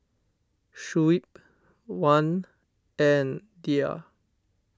Shuib Wan and Dhia